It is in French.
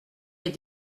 est